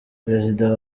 perezida